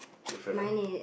different ah